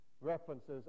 references